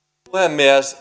myös